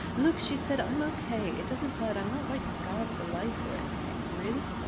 look, she said. i'm okay. it doesn't hurt. i'm not, like, scarred for life or anything. really?